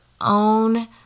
own